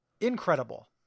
Incredible